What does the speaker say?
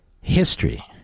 History